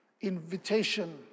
invitation